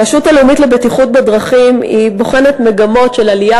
הרשות הלאומית לבטיחות בדרכים בוחנת מגמות של עלייה